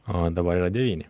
o dabar yra devyni